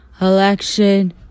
election